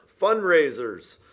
fundraisers